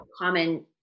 common